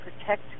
protect